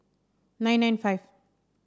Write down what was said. nine nine five